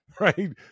Right